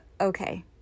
okay